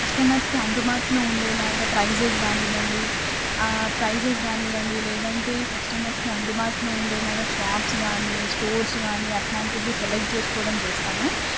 కస్టమర్స్కి అందుబాటులో ఉండేలాగా ప్రైజెస్ కానివ్వండి ప్రైజెస్ కానివ్వండి లేదంటే కస్టమర్స్కి అందుబాటులో ఉండేలాగా షాప్స్ కానీ స్టోర్స్ కానీ అట్లాంటివి సెలెక్ట్ చేసుకోవడం చేస్తాను